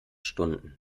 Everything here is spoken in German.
stunden